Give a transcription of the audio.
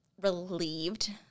relieved